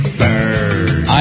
bird